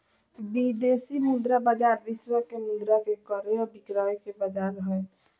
विदेशी मुद्रा बाजार विश्व के मुद्रा के क्रय विक्रय के बाजार हय